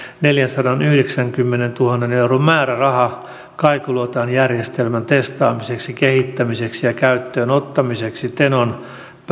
neljänsadanyhdeksänkymmenentuhannen euron määräraha kaikuluotainjärjestelmän testaamiseksi kehittämiseksi ja käyttöönottamiseksi tenon